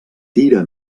tira